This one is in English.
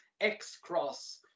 x-cross